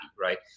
right